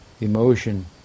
emotion